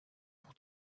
pour